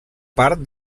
part